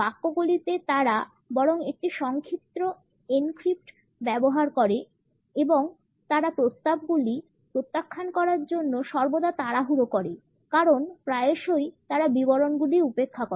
বাক্যগুলিতে তারা বরং একটি সংক্ষিপ্ত এনক্রিপ্ট ব্যবহার করে এবং তারা প্রস্তাবগুলি প্রত্যাখ্যান করার জন্য সর্বদা তাড়াহুড়ো করে কারণ প্রায়শই তারা বিবরণগুলি উপেক্ষা করে